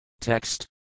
Text